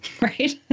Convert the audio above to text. right